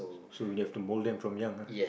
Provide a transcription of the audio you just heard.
so you have to mold them from young